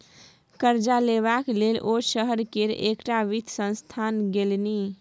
करजा लेबाक लेल ओ शहर केर एकटा वित्त संस्थान गेलनि